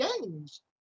games